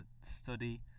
study